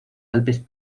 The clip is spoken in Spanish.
alpes